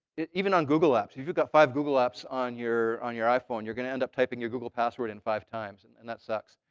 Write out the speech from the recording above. even on google apps. if you've got five google apps on your on your iphone, you're going to end up typing your google password in five times, and and that sucks.